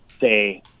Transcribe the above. say